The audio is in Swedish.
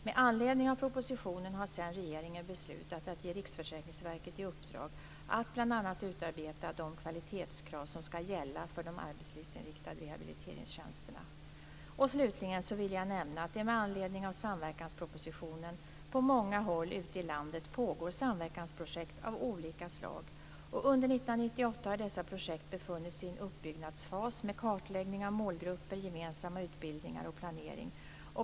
Med anledning av propositionen har sedan regeringen beslutat att ge Riksförsäkringsverket i uppdrag att bl.a. utarbeta de kvalitetskrav som skall gälla för de arbetslivsinriktade rehabiliteringstjänsterna. Slutligen vill jag nämna att det med anledning av samverkanspropositionen på många håll ute i landet pågår samverkansprojekt av olika slag. Under 1998 har dessa projekt befunnit sig i en uppbyggnadsfas med kartläggning av målgrupper, gemensamma utbildningar och planering.